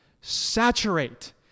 saturate